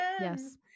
yes